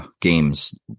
games